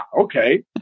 okay